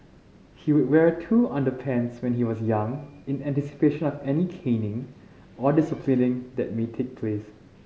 he would wear two underpants when he was young in anticipation of any caning or disciplining that may take place